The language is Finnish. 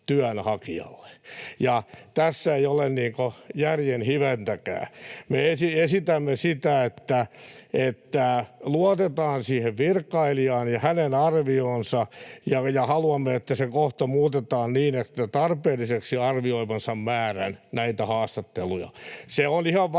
ja tässä ei ole järjen hiventäkään. Me esitämme sitä, että luotetaan siihen virkailijaan ja hänen arvioonsa, ja haluamme, että se kohta muutetaan niin, että ”tarpeelliseksi arvioimansa määrän näitä haastatteluja”. Se on ihan varmaan